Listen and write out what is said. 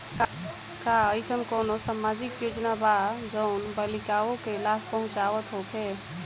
का एइसन कौनो सामाजिक योजना बा जउन बालिकाओं के लाभ पहुँचावत होखे?